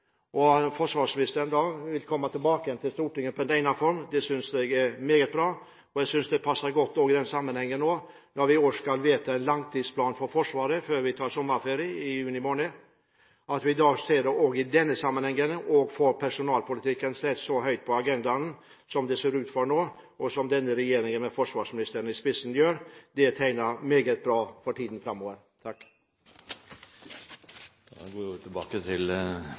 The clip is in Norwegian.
vil komme tilbake igjen til Stortinget i egnet form, synes jeg er meget bra. Jeg synes også det passer godt fordi vi i år skal vedta en langtidsplan for Forsvaret før vi tar sommerferie i juni måned. At vi i denne sammenhengen får satt personalpolitikken så høyt på agendaen, som det ser ut for nå, og som denne regjeringen, med forsvarsministeren i spissen gjør, tegner meget bra for tiden framover. Jeg kan bare understreke, som representanten Nordtun sier, at dette er veldig viktig, og på mange måter er det den viktigste utfordringen vi